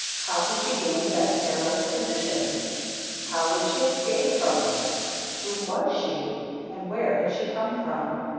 how had she gained that perilous position how would she escape from it who was she and where had she come from?